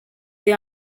they